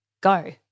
go